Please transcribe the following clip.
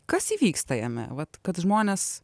kas įvyksta jame vat kad žmonės